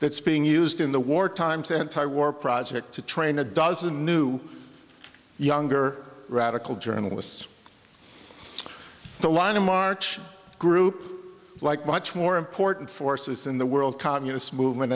that's being used in the war times anti war project to train a dozen new younger radical journalists the line of march group like much more important forces in the world communist movement